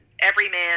everyman